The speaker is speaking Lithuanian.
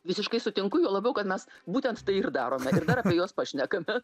visiškai sutinku juo labiau kad mes būtent tai ir darome ir dar apie juos pašnekame